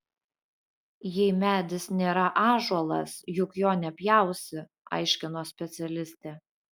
jei medis nėra ąžuolas juk jo nepjausi aiškino specialistė